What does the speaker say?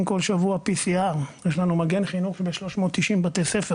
כל שבוע בדיקות PCR. יש לנו מגן חינוך ב-390 בתי ספר